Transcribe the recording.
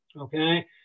Okay